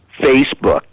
Facebook